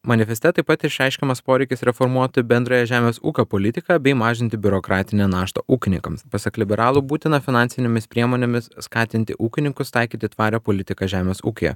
manifeste taip pat išreiškiamas poreikis reformuoti bendrąją žemės ūkio politiką bei mažinti biurokratinę naštą ūkininkams pasak liberalų būtina finansinėmis priemonėmis skatinti ūkininkus taikyti tvarią politiką žemės ūkyje